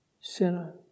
sinner